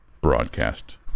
broadcast